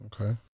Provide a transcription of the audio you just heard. okay